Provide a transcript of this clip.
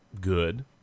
good